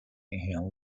and